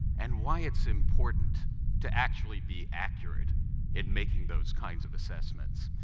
and why it's important to actually be accurate in making those kinds of assessments.